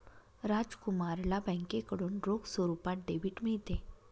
राजकुमारला बँकेकडून रोख स्वरूपात डेबिट मिळते